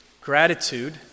gratitude